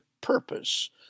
purpose